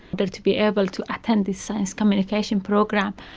but to be able to attend this science communication program.